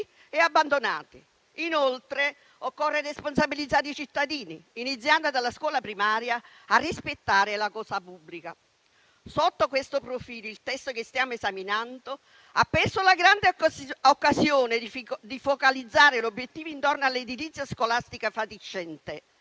e abbandonati. Inoltre occorre responsabilizzare i cittadini, iniziando dalla scuola primaria, a rispettare la cosa pubblica. Sotto questo profilo il testo che stiamo esaminando ha perso la grande occasione di focalizzare l'obiettivo intorno all'edilizia scolastica fatiscente